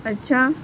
اچھا